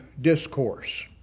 discourse